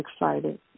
excited